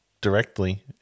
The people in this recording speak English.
directly